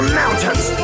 mountains